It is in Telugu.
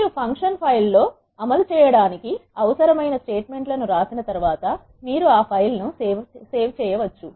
మీరు ఫంక్షన్ ఫైల్ లో అమలు చేయడానికి అవసరమైన స్టేట్మెంట్ లను రాసిన తర్వాత మీరు ఆ ఫైల్ ను సేవ్ చేయవచ్చు